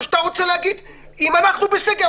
או שאתה רוצה להגיד: אם אנחנו בסגר,